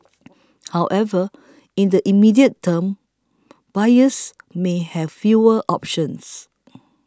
however in the immediate term buyers may have fewer options